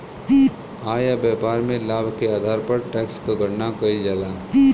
आय या व्यापार में लाभ के आधार पर टैक्स क गणना कइल जाला